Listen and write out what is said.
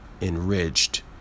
enriched